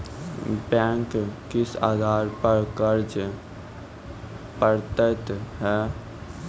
Bank किस आधार पर कर्ज पड़तैत हैं?